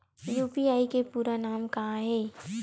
UPI के पूरा नाम का ये?